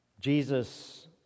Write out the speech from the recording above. Jesus